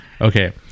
Okay